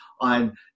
on